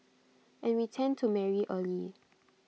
and we tend to marry early